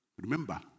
Remember